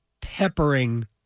peppering